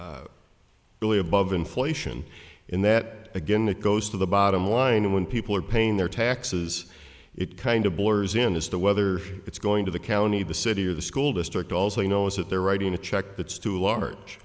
up really above inflation in that again it goes to the bottom line when people are paying their taxes it kind of blurs in as to whether it's going to the county the city or the school district also you know is that they're writing a check that's too large